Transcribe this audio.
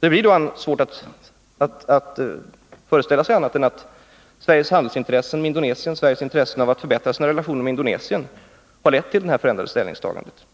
Det blir svårt att föreställa sig annat än att Sveriges intressen av att förbättra sina handelsoch andra relationer med Indonesien har lett till det här förändrade ställningstagandet.